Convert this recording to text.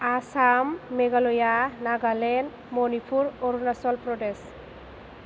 Assam Meghalaya Nagaland Manipur Arunachal Pradesh